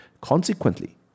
Consequently